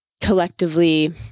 collectively